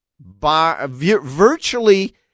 Virtually